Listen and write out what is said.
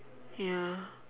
ya